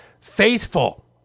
faithful